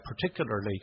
particularly